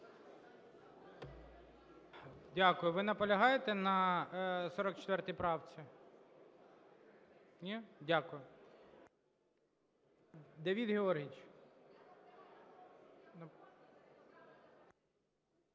Дякую. Ви наполягаєте на 44 правці? Ні? Дякую. Давид Георгійович!